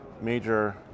major